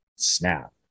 snap